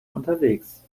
unterwegs